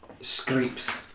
scrapes